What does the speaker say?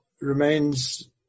remains